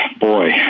boy